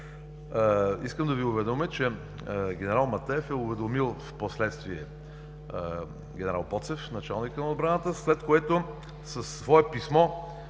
Искам да Ви уведомя, че генерал Матеев е уведомил впоследствие генерал Боцев, началника на отбраната, след което със свое писмо